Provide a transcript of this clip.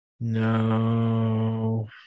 no